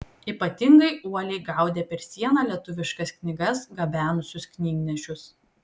ypatingai uoliai gaudė per sieną lietuviškas knygas gabenusius knygnešius